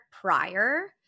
prior